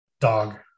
dog